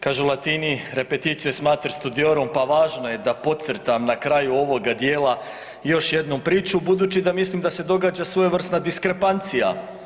Kažu Latini „Repetitio est mater studiorum“, pa važno je da podcrtam na kraju ovoga dijela još jednu priču budući da mislim da se događa svojevrsna diskrepancija.